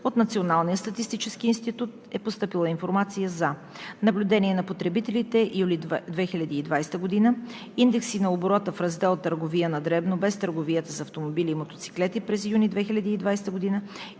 От Националния статистически институт е постъпила информация за: наблюдение на потребителите през юли 2020 г.; индекси на оборота в раздел „Търговия на дребно“ без търговията с автомобили и мотоциклети през юни 2020 г.;